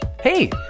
Hey